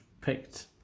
picked